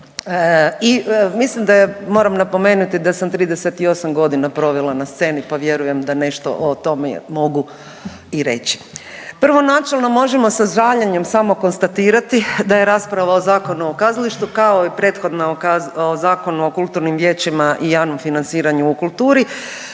i mislim da je, moram napomenuti da sam 38 godina provela na sceni pa vjerujem da nešto o tome mogu i reći. Prvo, načelno možemo sa žaljenjem samo konstatirati da je rasprava o Zakonu o kazalištu kao i prethodna o Zakonu o kulturnim vijećima i javnom financiranju u kulturi